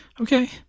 Okay